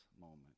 moment